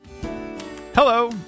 Hello